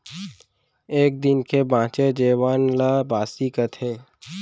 एक दिन के बांचे जेवन ल बासी कथें